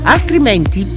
Altrimenti